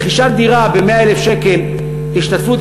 רכישת דירה ב-100,000 שקל השתתפות,